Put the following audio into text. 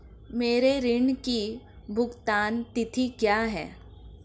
मेरे ऋण की भुगतान तिथि क्या है?